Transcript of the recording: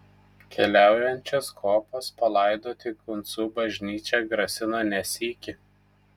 keliaujančios kopos palaidoti kuncų bažnyčią grasino ne sykį